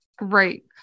Right